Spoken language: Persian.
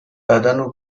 بدنو